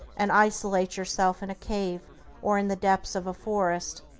and isolate yourself in a cave or in the depths of a forest,